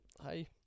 Hi